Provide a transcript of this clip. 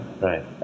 Right